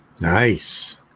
Nice